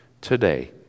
today